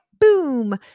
boom